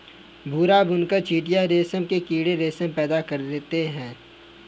भूरा बुनकर चीटियां रेशम के कीड़े रेशम पैदा करते हैं